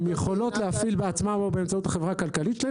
הן יכולות להפעיל בעצמן או באמצעות החברה הכלכלית שלהן.